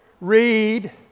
read